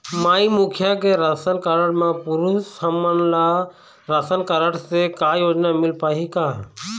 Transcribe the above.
माई मुखिया के ration card म पुरुष हमन ला रासनकारड से का योजना मिल पाही का?